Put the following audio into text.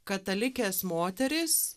katalikės moterys